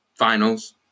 finals